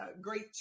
great